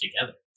together